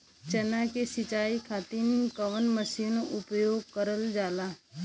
चना के सिंचाई खाती कवन मसीन उपयोग करल जाला?